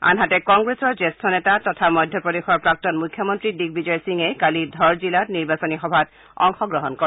আনহাতে কংগ্ৰেছৰ জ্যেষ্ঠ নেতা তথা মধ্যপ্ৰদেশৰ প্ৰাক্তন মুখ্যমন্তী দ্বীগবিজয় সিঙে কালি ধৰ জিলাত নিৰ্বাচনী সভাত অংশগ্ৰহণ কৰে